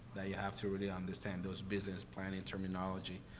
that you have to really understand those business planning terminology.